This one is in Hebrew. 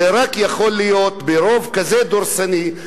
זה רק יכול להיות ברוב כזה דורסני,